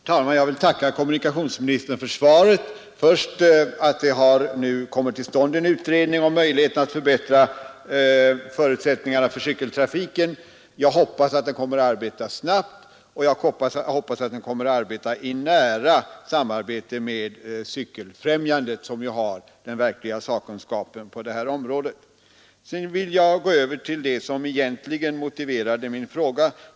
Herr talman! Jag vill tacka kommunikationsministern för svaret på min enkla fråga, först och främst i vad avser beskedet att det nu kommit till stånd en utredning om möjligheterna att förbättra förutsättningarna för cykeltrafiken. Jag hoppas att den kommer att arbeta snabbt och i nära samarbete med Cykelfrämjandet, som ju har den verkliga sakkunskapen på detta område. Jag vill sedan gå över till det som egentligen motiverade min fråga.